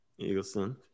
Eagleson